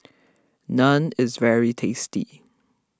Naan is very tasty